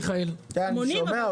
מיכאל, תן לי.